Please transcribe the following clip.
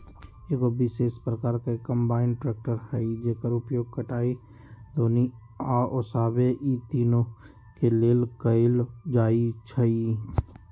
एगो विशेष प्रकार के कंबाइन ट्रेकटर हइ जेकर उपयोग कटाई, दौनी आ ओसाबे इ तिनों के लेल कएल जाइ छइ